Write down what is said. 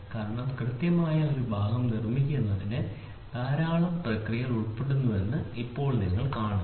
കാരണം കൃത്യമായ ഒരു ഭാഗം നിർമ്മിക്കുന്നതിന് ധാരാളം പ്രക്രിയകൾ ഏർപ്പെടുന്നത് ഇപ്പോൾ നിങ്ങൾ കാണുന്നു